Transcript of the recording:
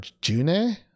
june